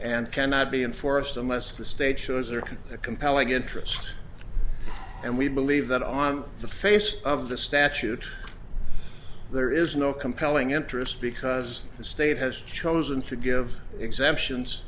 and cannot be enforced unless the state shows are a compelling interest and we believe that on the face of the statute there is no compelling interest because the state has chosen to give exemptions